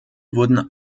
wurden